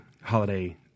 holiday